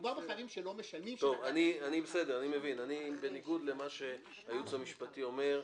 מדובר ב --- שלא משנים --- בניגוד למה שהייעוץ המשפטי אומר,